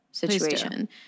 Situation